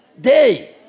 day